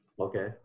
Okay